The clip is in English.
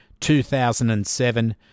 2007